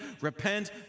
Repent